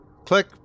Click